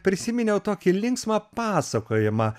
prisiminiau tokį linksmą pasakojimą